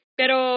pero